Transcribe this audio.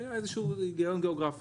אין לזה שום היגיון גיאוגרפי